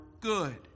good